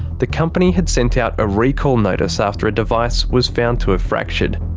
the company had sent out a recall notice after a device was found to have fractured.